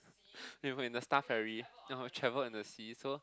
we were in the Star-Ferry we got to travel under the sea so